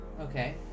Okay